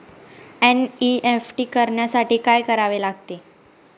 NEFT करण्यासाठी काय करावे लागते?